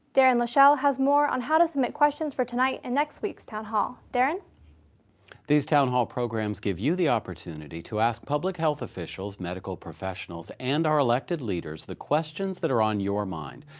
darren lashelle has more on how to submit questions for tonight and next week's town hall, darren. these town hall programs give you the opportunity to ask public health officials, medical professionals, and our elected leaders, the questions that are on your mind.